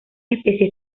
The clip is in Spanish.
especies